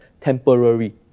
temporary